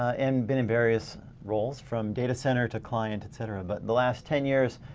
and been in various roles from data center to client, etc. but the last ten years,